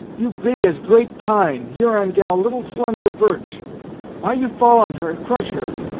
you big as great pine huron gal little slender birch why you fall on her and crush her?